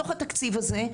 בתוך התקציב הזה,